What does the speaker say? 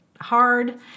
hard